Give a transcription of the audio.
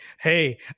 hey